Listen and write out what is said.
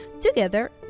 Together